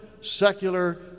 secular